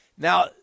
Now